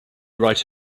right